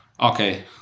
okay